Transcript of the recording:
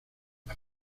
las